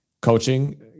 coaching